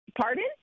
Pardon